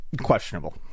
Questionable